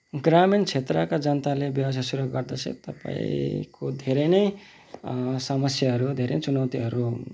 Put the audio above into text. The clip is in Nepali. ग्रामीण क्षेत्रका जनताले व्यवसाय सुरु गर्दा चाहिँ तपाईँको धेरै नै समस्याहरू धेरै चुनौतीहरू